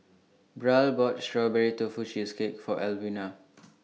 Brielle bought Strawberry Tofu Cheesecake For Alwina